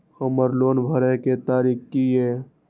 हमर लोन भरय के तारीख की ये?